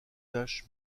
tache